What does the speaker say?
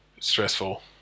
stressful